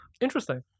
Interesting